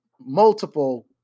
multiple